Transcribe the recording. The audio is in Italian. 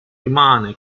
rimane